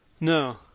No